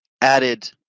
added